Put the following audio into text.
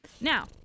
Now